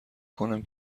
کنم